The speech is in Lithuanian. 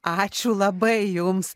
ačiū labai jums